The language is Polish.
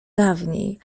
dawniej